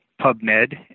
PubMed